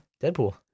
Deadpool